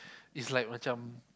it's like macam